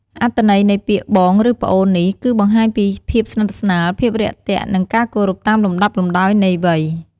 អត្ថន័យនៃពាក្យ បងឬប្អូន នេះ គឺ បង្ហាញពីភាពស្និទ្ធស្នាល ភាពរាក់ទាក់ និងការគោរពតាមលំដាប់លំដោយនៃវ័យ។